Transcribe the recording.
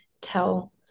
tell